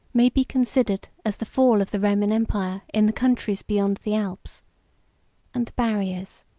may be considered as the fall of the roman empire in the countries beyond the alps and the barriers,